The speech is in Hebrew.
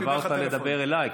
עברת לדבר אליי,